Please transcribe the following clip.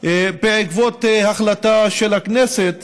בעקבות החלטה של הכנסת